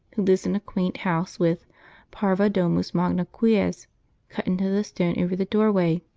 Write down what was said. lives in a quaint house with parva domus magna quies cut into the stone over the doorway.